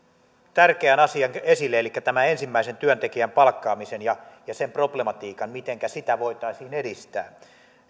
tärkeän asian esille elikkä ensimmäisen työntekijän palkkaamisen ja sen problematiikan mitenkä sitä voitaisiin edistää